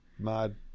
mad